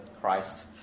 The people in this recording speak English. Christ